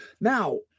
Now